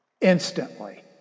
Instantly